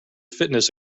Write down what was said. fitness